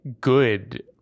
good